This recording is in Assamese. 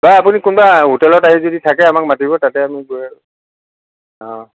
নাই আপুনি কোনোবা হোটেলত আহি যদি থাকে আমাক মাতিব তাতে আমি গৈ অ'